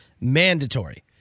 mandatory